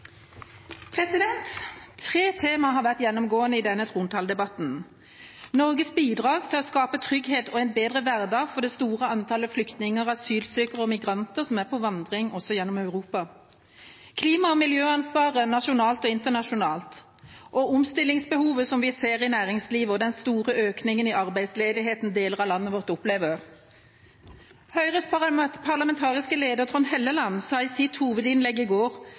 Tre tema har vært gjennomgående i denne trontaledebatten: 1. Norges bidrag til å skape trygghet og en bedre hverdag for det store antallet flyktninger, asylsøkere og migranter som er på vandring gjennom Europa 2. Klima- og miljøansvaret nasjonalt og internasjonalt 3. Omstillingsbehovet vi ser i næringslivet og den store økningen i arbeidsledighet deler av landet vårt opplever Høyres parlamentariske leder, Trond Helleland, sa i sitt hovedinnlegg i går